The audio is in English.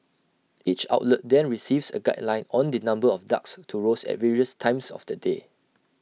each outlet then receives A guideline on the number of ducks to roast at various times of the day